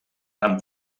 amb